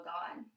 God